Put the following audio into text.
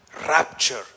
rapture